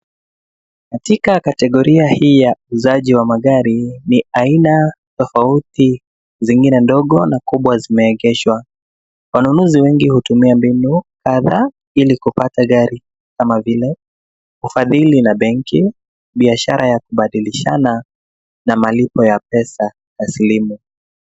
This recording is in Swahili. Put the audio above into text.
Katika kategoria hii ya uuzaji wa magari, ni aina tofauti, zingine ndogo na kubwa zimeegeshwa. Wanunuzi wengi hutumia mbinu kadhaa ili kupata gari kama vile ufadhili na benki, biashara ya kubadilishana na malipo ya pesa